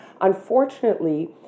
unfortunately